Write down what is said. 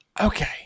Okay